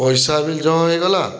ପଏସା ବି ଜହ ହେଇଗଲା